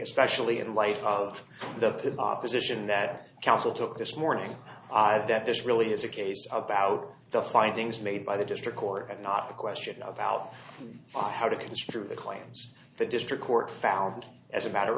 especially in light of the opposition that council took this morning that this really is a case about the findings made by the district court and not a question about on how to construe the claims the district court found as a matter